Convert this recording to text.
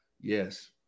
Yes